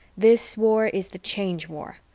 this war is the change war,